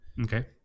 Okay